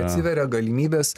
atsiveria galimybės